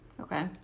Okay